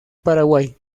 paraguay